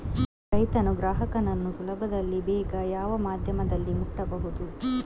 ರೈತನು ಗ್ರಾಹಕನನ್ನು ಸುಲಭದಲ್ಲಿ ಬೇಗ ಯಾವ ಮಾಧ್ಯಮದಲ್ಲಿ ಮುಟ್ಟಬಹುದು?